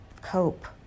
cope